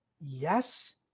Yes